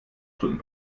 stunden